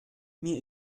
mir